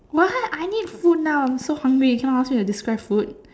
what I need food now I'm so hungry cannot ask me to describe food